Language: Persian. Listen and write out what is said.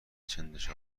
چندش